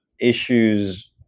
issues